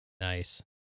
Nice